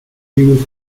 was